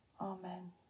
amen